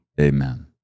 Amen